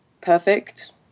perfect